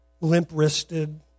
limp-wristed